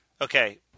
Okay